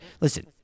Listen